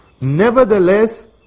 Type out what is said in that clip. Nevertheless